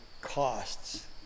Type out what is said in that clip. costs